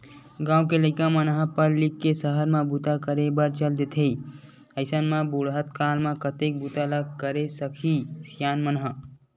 गाँव के लइका मन ह पड़ लिख के सहर म बूता करे बर चल देथे अइसन म बुड़हत काल म कतेक बूता ल करे सकही सियान मन ह